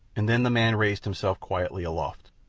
and then the man raised himself quietly aloft.